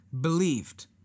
believed